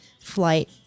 flight